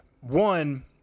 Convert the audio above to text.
One